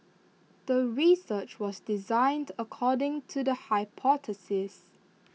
the research was designed according to the hypothesis